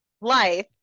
life